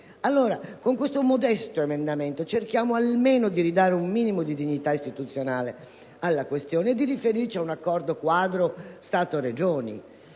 Con questo modesto emendamento cerchiamo almeno di ridare un minimo di dignità istituzionale alla questione e di riferirci ad un accordo quadro Stato-Regioni.